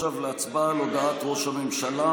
להצבעה על הודעת ראש הממשלה.